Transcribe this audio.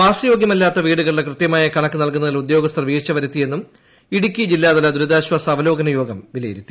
വാസയോഗ്യമല്ലാത്ത വീടുകളുടെ കൃത്യമായ കണക്കു നൽകുന്നതിൽ ഉദ്യോഗസ്ഥർ വീഴ്ച വരുത്തിയെന്നും ഇടുക്കി ജില്ലാതല ദുരിതാശ്ചാസ അവലോകന യോഗം വിലയിരുത്തി